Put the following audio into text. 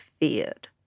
feared